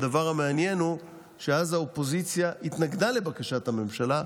הדבר המעניין הוא שאז האופוזיציה התנגדה לבקשת הממשלה,